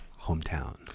hometown